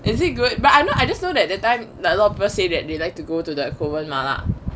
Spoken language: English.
is it good but I know I just know that time like a lot of people say that they like to go to the kovan 麻辣